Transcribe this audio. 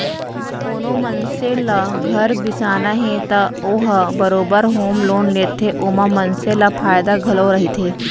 कोनो मनसे ल घर बिसाना हे त ओ ह बरोबर होम लोन लेथे ओमा मनसे ल फायदा घलौ रहिथे